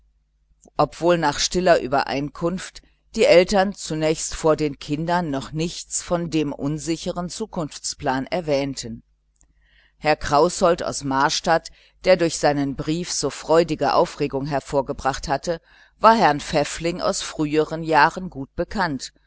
obwohl nach stiller übereinkunft die eltern zunächst vor den kindern noch nichts von dem unsicheren zukunftsplan erwähnten herr kraußold aus marstadt der durch seinen brief so freudige aufregung hervorgebracht hatte war herrn pfäffling aus früheren jahren gut bekannt